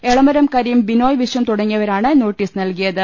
എളമരം കരീം ബിനോയ് വിശ്വം തുടങ്ങിയവരാണ് നോട്ടീസ് നൽകിയത്